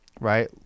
right